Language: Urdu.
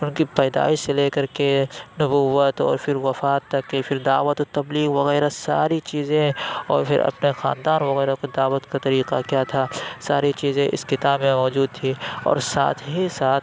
اُن کی پیدائش سے لے کر کے نبوت اور پھر وفات تک کی پھر دعوت و تبلیغ وغیرہ ساری چیزیں اور پھر اپنے خاندان وغیرہ کو دعوت کا طریقہ کیا تھا ساری چیزیں اِس کتاب میں موجود تھیں اور ساتھ ہی ساتھ